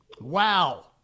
Wow